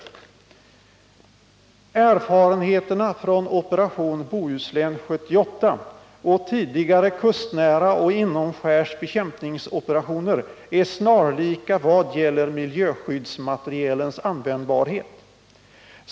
I detta uttalande heter det: ”Erfarenheterna från operation Bohuslän 78 och tidigare kustnära och inomskärs bekämpningsoperationer är snarlika vad gäller miljöskyddsmaterielens användbarhet.